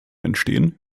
entstehen